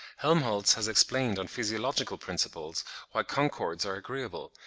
helmholtz has explained on physiological principles why concords are agreeable,